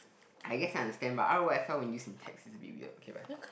I guess I understand but r_o_f_l when use in text is a bit weird